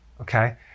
okay